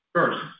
First